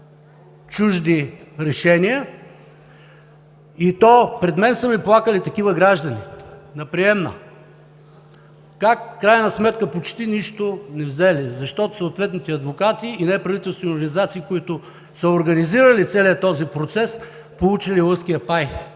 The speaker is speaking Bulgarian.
чужди решения. Пред мен на приемна са плакали такива граждани – как в крайна сметка почти нищо не взели, защото съответните адвокати и неправителствените организации, които са организирали целия този процес, получили лъвския пай